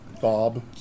Bob